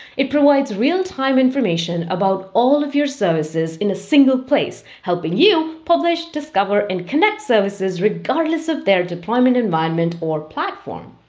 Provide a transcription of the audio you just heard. it provides real-time information about all of your services in a single place, helping you publish, discover, and connect services, regardless of their deployment environment or platform.